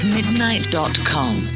midnight.com